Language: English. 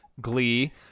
Glee